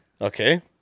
Okay